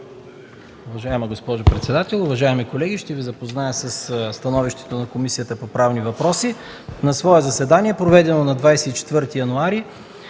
Уважаема госпожо председател, уважаеми колеги, ще Ви запозная със становището на Комисията по правни въпроси: „На свои заседания, проведени на 24 януари